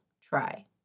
try